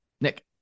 Nick